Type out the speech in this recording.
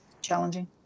challenging